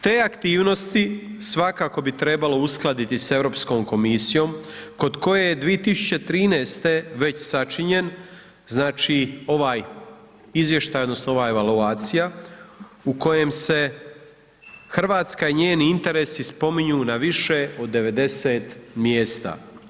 Te aktivnosti svakako bi trebalo uskladiti s Europskom komisijom kod koje je 2013. već sačinjen, znači ovaj izvještaj odnosno ova evaluacija u kojem se Hrvatska i njeni interesi spominju na više od 90 mjesta.